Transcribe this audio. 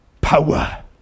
power